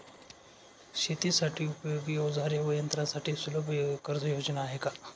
शेतीसाठी उपयोगी औजारे व यंत्रासाठी सुलभ कर्जयोजना आहेत का?